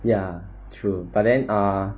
ya true but then ah